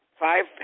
five